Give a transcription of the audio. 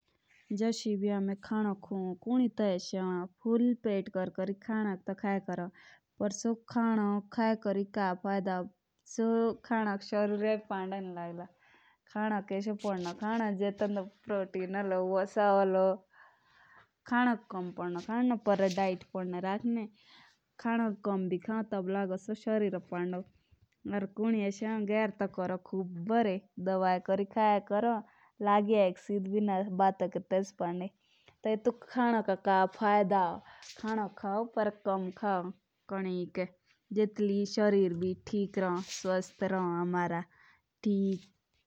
जूस एभी हमें खानो कहां तो कुनी तो इसे हो कहां पेट भर किरी तो खाए कोरू खाना। या का फैदा टेटुक खानो खाई कोरी जेबी सो सरिरक नू लागलो। दैत हमेसा केएम पोडनी रखनी टीबी लैगॉन सो सरिरोनक।